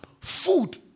food